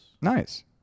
Nice